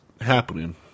happening